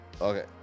okay